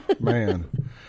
man